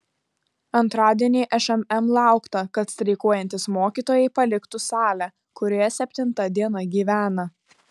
antradienį šmm laukta kad streikuojantys mokytojai paliktų salę kurioje septinta diena gyvena